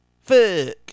fuck